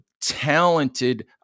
talented